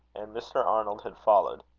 and mr. arnold had followed.